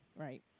right